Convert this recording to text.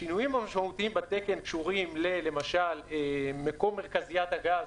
השינויים המשמעותיים בתקן קשורים למשל למקום מרכזיית הגז,